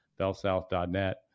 BellSouth.net